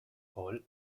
paul